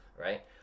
right